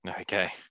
Okay